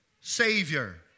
Savior